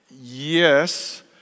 Yes